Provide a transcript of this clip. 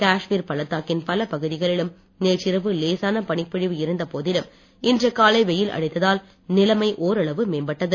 காஷ்மீர் பள்ளத்தாக்கின் பல பகுதிகளிலும் நேற்றிரவு லேசான பனிப்பொழிவு இருந்த போதிலும் இன்று காலை வெயில் அடித்ததால் நிலமை ஓரளவு மேம்பட்டது